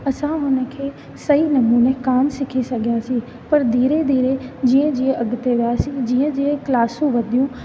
असां हुन खे सही नमूने कोन सिखी सघियासीं पर धीरे धीरे जीअं जीअं अॻिते वियासीं जीअं जीअं क्लासूं वधियूं